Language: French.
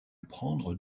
prendre